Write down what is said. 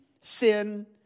sin